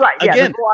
Again